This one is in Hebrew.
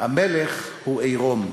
"המלך הוא עירום".